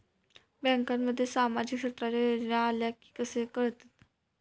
बँकांमध्ये सामाजिक क्षेत्रांच्या योजना आल्या की कसे कळतत?